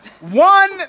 One